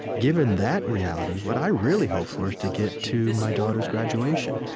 given that reality, what i really hope for is to get to my daughter's graduation.